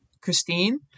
Christine